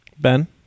Ben